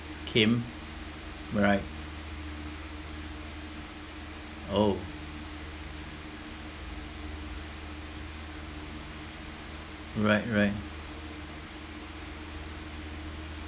kim alright oh right right